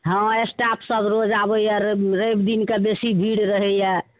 हँ स्टाफसब रोज आबैये र रवि दिनके बेसी भीड़ रहैये